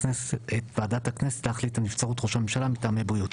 הכנסת להחליט על נבצרות ראש הממשלה מטעמי בריאות'.